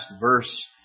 verse